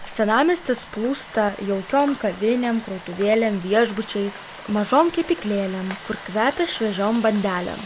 senamiestis plūsta jaukiom kavinėm krautuvėlėm viešbučiais mažom kepyklėlėm kur kvepia šviežiom bandelėm